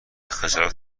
خجالت